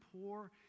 poor